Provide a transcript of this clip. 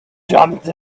jumped